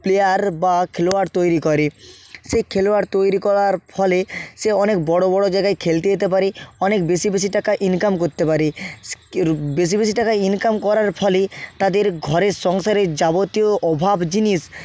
player বা খেলোয়াড় তৈরি করে সেই খেলোয়াড় তৈরি করার ফলে সে অনেক বড়ো বড়ো জায়গায় খেলতে যেতে পারে অনেক বেশি বেশি টাকা ইনকাম করতে পারে বেশি বেশি টাকা ইনকাম করার ফলেই তাদের ঘরের সংসারের যাবতীয় অভাব জিনিস